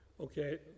Okay